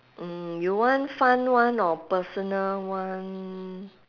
mm you want fun one or personal one